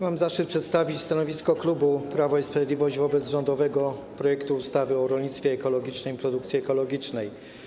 Mam zaszczyt przedstawić stanowisko klubu Prawa i Sprawiedliwości wobec rządowego projektu ustawy o rolnictwie ekologicznym i produkcji ekologicznej.